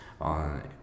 on